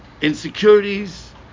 Insecurities